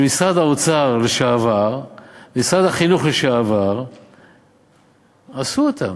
שמשרד האוצר לשעבר ומשרד החינוך לשעבר עשו אותן.